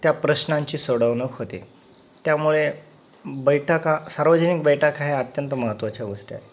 त्या प्रश्नांची सोडवणूक होते त्यामुळे बैठका सार्वजनिक बैठक ह्या अत्यंत महत्वाच्या गोष्टी आहे